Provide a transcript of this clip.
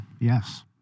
Yes